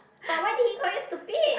but why did he call you stupid